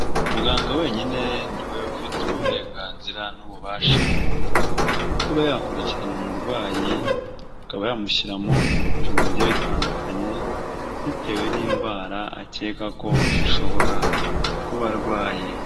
Muganga wenyine niwe ufite uburenganzira n'ububasha bwo kuba yakurikirana umurwayi, akaba yamushyiramo ibipimo bigiye bitandukanye bitewe n'indwara akeka ko ashobora kuba arwaye.